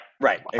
right